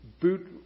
boot